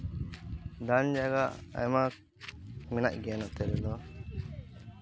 ᱫᱟᱬᱟᱱ ᱡᱟᱭᱜᱟ ᱟᱭᱢᱟ ᱢᱮᱱᱟᱜ ᱜᱮᱭᱟ ᱱᱚᱛᱮ ᱨᱮᱫᱚ